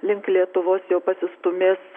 link lietuvos jau pasistūmės